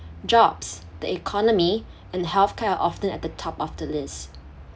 jobs the economy and healthcare often at the top of the list